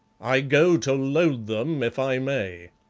i go to load them if i may